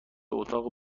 اتاق